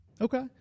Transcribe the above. Okay